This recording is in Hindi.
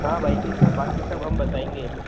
हाँ भाई जी सब बाक़ी सब हम बताएंगे